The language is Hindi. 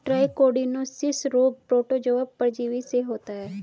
ट्राइकोडिनोसिस रोग प्रोटोजोआ परजीवी से होता है